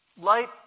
light